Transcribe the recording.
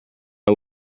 are